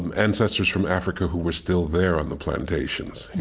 and ancestors from africa who were still there on the plantations.